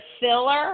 filler